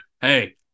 Hey